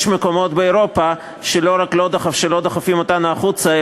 יש מקומות באירופה שלא רק שלא דוחפים אותנו החוצה,